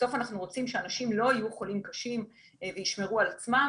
בסוף אנחנו רוצים שאנשים לא יהיו חולים קשים וישמרו על עצמם,